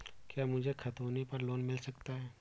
क्या मुझे खतौनी पर लोन मिल सकता है?